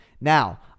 Now